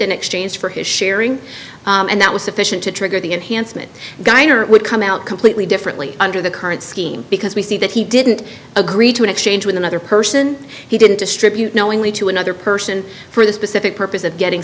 exchange for his sharing and that was sufficient to trigger to get handsome guy in or would come out completely differently under the current scheme because we see that he didn't agree to an exchange with another person he didn't distribute knowingly to another person for the specific purpose of getting